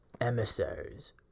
emissaries